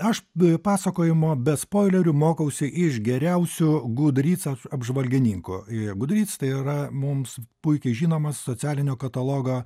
aš pasakojimo be spoilerių mokausi iš geriausių gudrycos apžvalgininko gudryca tai yra mums puikiai žinomas socialinio katalogo